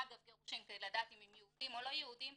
אגב גירושין כדי לדעת אם הם יהודים או לא יהודים,